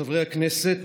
חברי הכנסת,